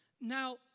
Now